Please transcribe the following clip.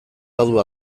badu